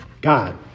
God